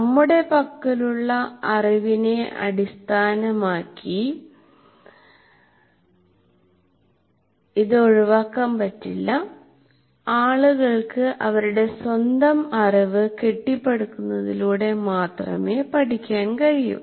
നമ്മുടെ പക്കലുള്ള അറിവിനെ അടിസ്ഥാനമാക്കി ഇത് ഒഴിവാക്കാൻ പറ്റില്ല ആളുകൾക്ക് അവരുടെ സ്വന്തം അറിവ് കെട്ടിപ്പടുക്കുന്നതിലൂടെ മാത്രമേ പഠിക്കാൻ കഴിയൂ